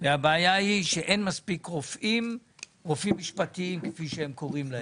והיא שאין מספיק רופאים משפטיים כפי שהם קוראים להם.